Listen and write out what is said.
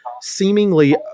seemingly